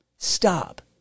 Stop